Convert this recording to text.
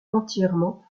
entièrement